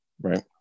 right